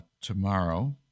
tomorrow